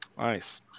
Nice